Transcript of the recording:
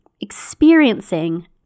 experiencing